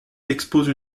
expose